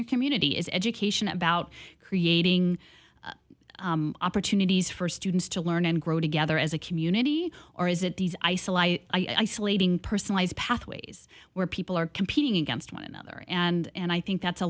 your community is education about creating opportunities for students to learn and grow together as a community or is it these isolate isolating personalized pathways where people are competing against one another and i think that's a